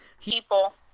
people